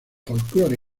folclore